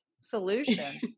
solution